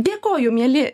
dėkoju mieli